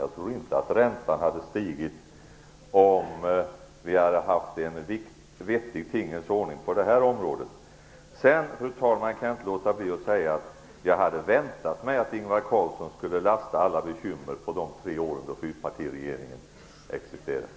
Jag tror inte att räntan hade stigit, om vi hade haft en vettig tingens ordning på det här området. Jag kan, fru talman, vidare inte låta bli att säga att jag hade väntat mig att Ingvar Carlsson skulle lasta alla sina bekymmer på de tre år då fyrpartiregeringen existerade.